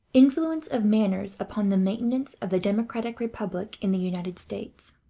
influence of manners upon the maintenance of the democratic republic in the united states